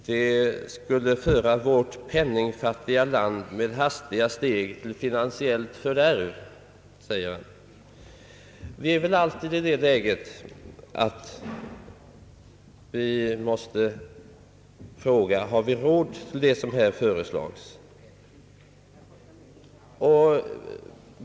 Det skulle »föra vårt penningfattiga land med hastiga steg till financiellt fördärv». Vi är väl alltid i det läget att vi måste fråga: Har vi råd till det som föreslagits?